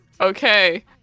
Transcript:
okay